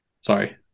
Sorry